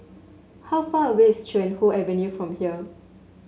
how far away is Chuan Hoe Avenue from here